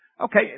Okay